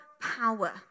power